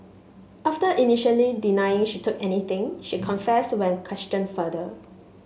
after initially denying she took anything she confessed when questioned further